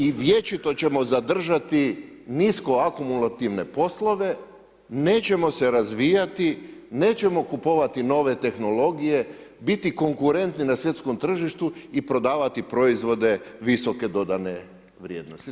I vječito ćemo zadržati nisko akulativne poslove, nećemo se razvijati, nećemo kupovati nove tehnologije, biti konkurenti na svjetskom tržištu i prodavati proizvode viske dodane vrijednosti